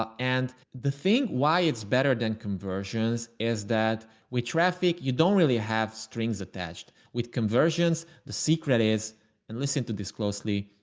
um and the thing why it's better than conversions is that we traffic. you don't really have strings attached with conversions. the secret is and listen to this closely.